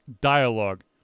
dialogue